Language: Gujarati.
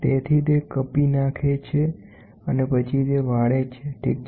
તેથી તે કાપી નાખે છે અને પછી તે વાળે છે ઠીક છે